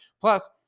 Plus